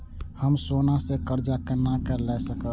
हम सोना से कर्जा केना लाय सकब?